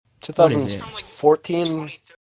2014